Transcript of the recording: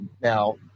Now